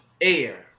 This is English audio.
air